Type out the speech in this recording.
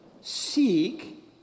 Seek